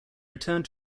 returned